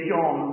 John